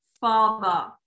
father